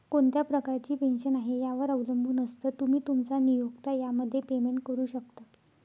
कोणत्या प्रकारची पेन्शन आहे, यावर अवलंबून असतं, तुम्ही, तुमचा नियोक्ता यामध्ये पेमेंट करू शकता